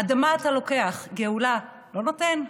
/ אדמה אתה לוקח, גאולה לא נותן".